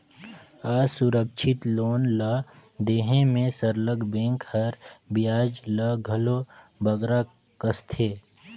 असुरक्छित लोन ल देहे में सरलग बेंक हर बियाज ल घलो बगरा कसथे